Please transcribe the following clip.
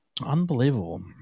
Unbelievable